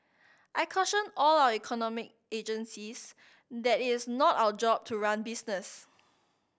I caution all our economic agencies that it's not our job to run business